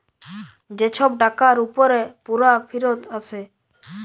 যে ছব টাকার উপরে পুরা ফিরত আসে